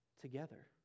together